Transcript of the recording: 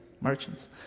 Merchants